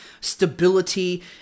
stability